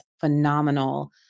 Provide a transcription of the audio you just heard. phenomenal